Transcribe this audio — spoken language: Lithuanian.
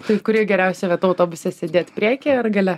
tai kuri geriausia vieta autobuse sėdėti priekyje ar gale